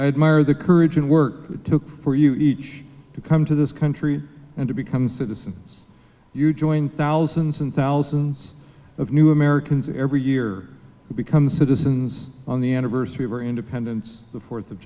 admire the courage and work it took for you each to come to this country and to become citizens you join thousands and thousands of new americans every year who become citizens on the anniversary of our independence the fourth of